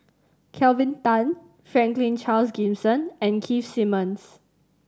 Kelvin Tan Franklin Charles Gimson and Keith Simmons